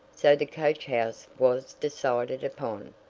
so the coach house was decided upon.